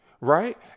right